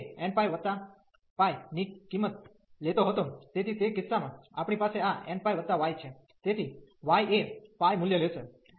અને જ્યારે x એ nπ π ની કિંમત લેતો હતો તેથી તે કિસ્સામાં આપણી પાસે આ nπ y છે તેથી y એ π મૂલ્ય લેશે